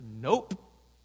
Nope